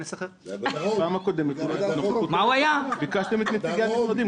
בפעם הקודמת ביקשתם את נציגי המשרדים,